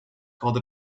called